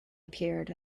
appeared